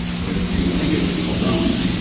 what you would think is alone,